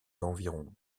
d’environ